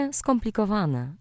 skomplikowane